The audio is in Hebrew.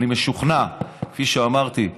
אני משוכנע, כפי שאמרתי,